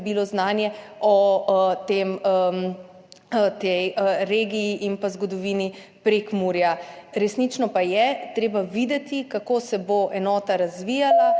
poglobilo znanje o tej regiji in zgodovini Prekmurja. Resnično pa je treba videti, kako se bo enota razvijala,